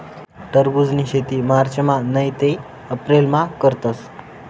टरबुजनी शेती मार्चमा नैते एप्रिलमा करतस